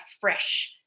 fresh